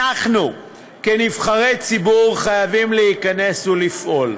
אנחנו כנבחרי ציבור חייבים להיכנס ולפעול.